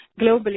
globally